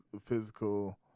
physical